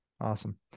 Awesome